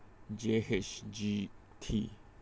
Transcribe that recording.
J H G T